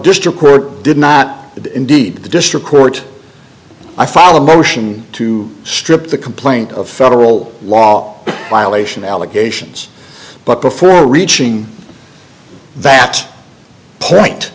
court did not did indeed the district court i follow a motion to strip the complaint of federal law violation allegations but before reaching that point